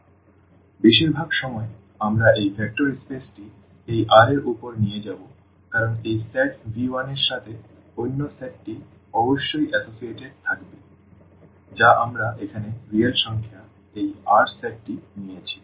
সুতরাং বেশিরভাগ সময় আমরা এই ভেক্টর স্পেসটি এই R এর উপর নিয়ে যাব কারণ এই সেট V1 এর সাথে অন্য সেটটি অবশ্যই যুক্ত থাকতে হবে যা আমরা এখানে রিয়েল সংখ্যার এই R সেটটি নিয়েছি